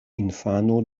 infano